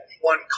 one